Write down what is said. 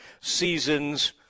seasons